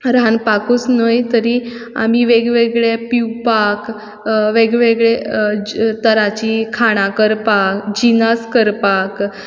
रांदपाकूच न्हय तरी आमी वेग वेगळे पिवपाक वेग वेगळे तरांची खाणां करपाक जिनस करपाक